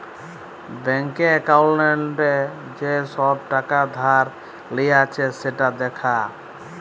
ব্যাংকে একাউল্টে যে ছব টাকা ধার লিঁয়েছে সেট দ্যাখা